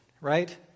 right